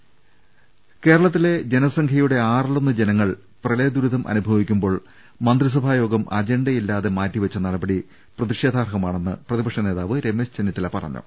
രദ്ദേഷ്ടങ കേരളത്തിലെ ജനസംഖ്യയുടെ ആറിലൊന്ന് ജനങ്ങൾ പ്രളയദുരിതമനു ഭവിക്കുമ്പോൾ മന്ത്രിസഭായോഗം അജണ്ടയില്ലാതെ മാറ്റിവെച്ച നടപടി പ്രതി ഷേധാർഹമാണെന്ന് പ്രതിപക്ഷ നേതാവ് രമേശ് ചെന്നിത്തല പറഞ്ഞു